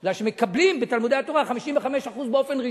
מפני שמקבלים בתלמודי-התורה 55% באופן רשמי,